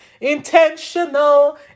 Intentional